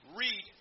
read